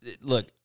look